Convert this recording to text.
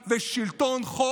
עסקת שליט גם בעילת הסבירות?